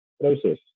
process